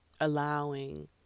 allowing